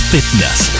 Fitness